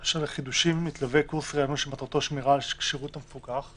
לחידושים מתלווה קורס ריענון שמטרתו שמירה על כשירות המפוקח"?